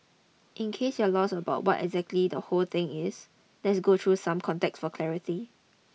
in case you're lost about what exactly the whole thing is let's go through some context for clarity